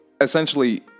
essentially